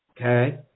okay